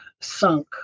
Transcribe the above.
sunk